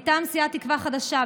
מטעם סיעת תקווה חדשה,